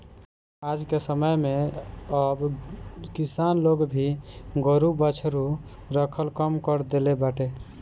आजके समय में अब किसान लोग भी गोरु बछरू रखल कम कर देले बाटे